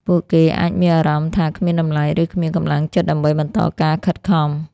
ពួកគេអាចមានអារម្មណ៍ថាគ្មានតម្លៃ ឬគ្មានកម្លាំងចិត្តដើម្បីបន្តការខិតខំ។